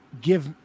give